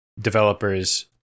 developers